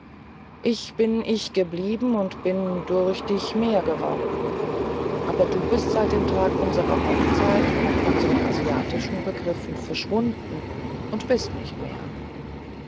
ich bin ich geblieben und bin nur durch dich mehr geworden aber du bist seit dem tag unserer hochzeit nach unseren asiatischen begriffen verschwunden und bist nicht mehr